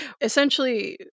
Essentially